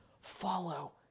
follow